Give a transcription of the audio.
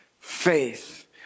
faith